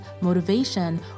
motivation